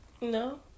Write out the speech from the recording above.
No